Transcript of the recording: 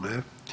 Ne.